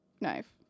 knife